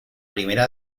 primera